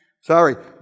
Sorry